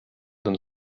than